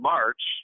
March